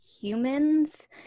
humans